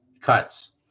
cuts